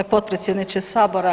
g. Potpredsjedniče sabora.